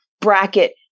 bracket